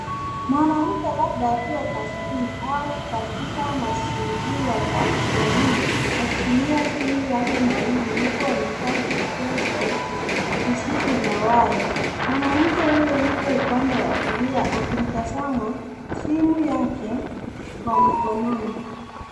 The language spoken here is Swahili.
Mwanamke labda akiwa kazini au katika mazingira ya kielimu akitumia simu yake mahiri huku amevaa vipokea sauti visivyo na waya. Mwanamke huyu yuko upande wa kulia akiutazama simu yake wa mkononi.